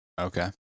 Okay